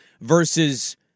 versus –